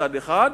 מצד אחד,